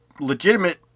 legitimate